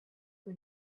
who